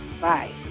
Bye